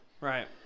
Right